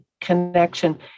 connection